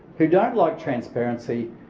who don't like transparency